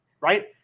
right